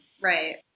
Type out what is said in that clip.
right